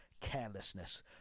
carelessness